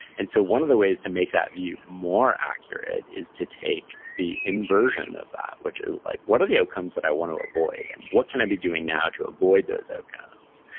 and so, one of the ways to make that view more accurate is to take the inversion of that, which is, like what are the outcomes that i want to avoid and what can i be doing now to avoid those outcomes?